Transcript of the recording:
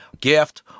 gift